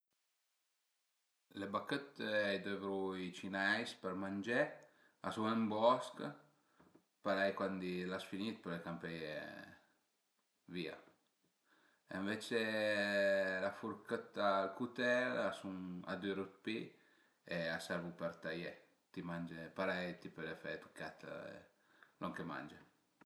Le bachëtte a i dëvru i cineis për mangé, a sun ën bosch parei quandi l'as finì pöle campeie via, ënvece la furchëtta e ël cutel a sun a düru d'pì, e a servu për taié, ti mange parei ti pöle fe a tuchèt lon che mange